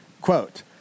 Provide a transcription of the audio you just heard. Quote